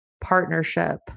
partnership